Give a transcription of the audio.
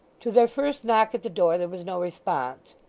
to their first knock at the door there was no response.